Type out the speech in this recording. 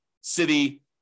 city